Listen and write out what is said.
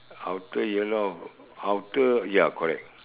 outer yellow out~ outer ya correct